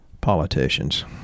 politicians